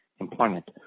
employment